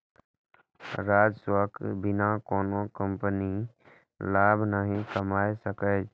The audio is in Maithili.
राजस्वक बिना कोनो कंपनी लाभ नहि कमा सकैए